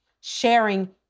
sharing